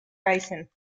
basin